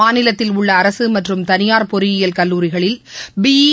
மாநிலத்தில் உள்ள அரசு மற்றும் தனியார் பொறியியல் கல்லூரிகளில் பிசு